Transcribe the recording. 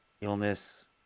illness